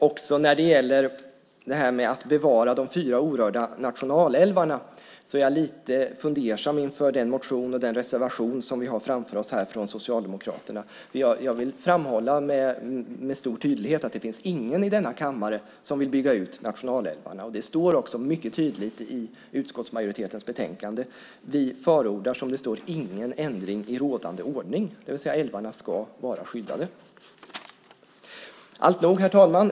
Också när det gäller att bevara de fyra orörda nationalälvarna är jag lite fundersam inför motionen och reservationen från Socialdemokraterna. Jag vill med stor tydlighet framhålla att det inte finns någon i denna kammare som vill bygga ut nationalälvarna. Det står också mycket tydligt i utskottets ställningstagande i betänkandet att vi inte förordar någon ändring i rådande ordning. Älvarna ska alltså vara skyddade. Herr talman!